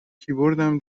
کیبوردم